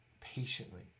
patiently